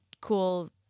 cool